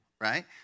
right